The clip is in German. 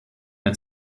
mit